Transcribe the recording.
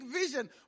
vision